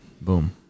Boom